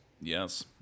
Yes